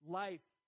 life